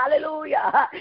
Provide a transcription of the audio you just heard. hallelujah